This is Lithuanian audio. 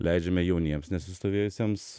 leidžiame jauniems nesistovėjusiems